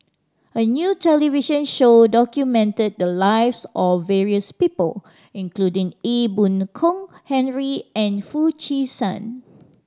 a new television show documented the lives of various people including Ee Boon Kong Henry and Foo Chee San